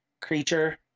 creature